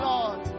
Lord